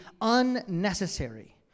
unnecessary